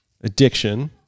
addiction